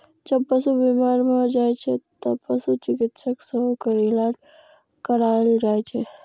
जब पशु बीमार भए जाइ छै, तें पशु चिकित्सक सं ओकर इलाज कराएल जाइ छै